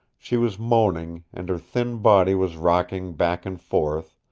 she was moaning, and her thin body was rocking back and forth,